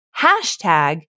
hashtag